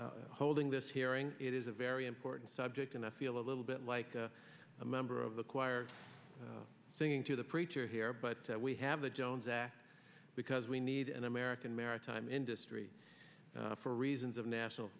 holding this hearing it is a very important subject and i feel a little bit like a member of the choir singing to the preacher here but we have the jones act because we need an american maritime industry for reasons of national